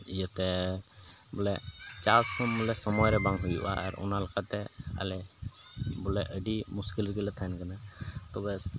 ᱤᱭᱟᱹᱛᱮ ᱵᱚᱞᱮ ᱪᱟᱥ ᱦᱚᱸ ᱵᱚᱞᱮ ᱥᱚᱢᱚᱭ ᱨᱮ ᱵᱟᱝ ᱦᱩᱭᱩᱜᱼᱟ ᱟᱨ ᱚᱱᱟ ᱞᱮᱠᱟᱛᱮ ᱟᱞᱮ ᱵᱚᱞᱮ ᱟᱹᱰᱤ ᱢᱩᱥᱠᱤᱞ ᱨᱮᱜᱮ ᱞᱮ ᱛᱟᱦᱮᱱ ᱠᱟᱱᱟ ᱛᱚᱵᱮ